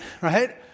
right